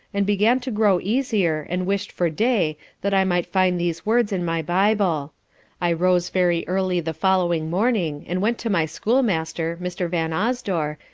and began to grow easier and wished for day that i might find these words in my bible i rose very early the following morning, and went to my school-master, mr. vanosdore,